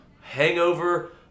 hangover